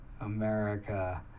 America